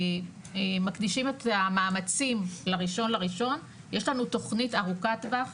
מקדישים את המאמצים ל- 1.1.2022. יש לנו תוכנית ארוכת טווח,